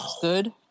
Good